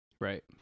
Right